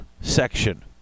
section